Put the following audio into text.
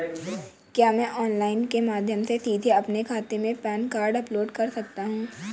क्या मैं ऑनलाइन के माध्यम से सीधे अपने खाते में पैन कार्ड अपलोड कर सकता हूँ?